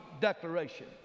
declaration